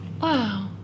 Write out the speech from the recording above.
Wow